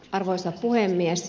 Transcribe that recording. arvoisa puhemies